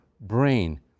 brain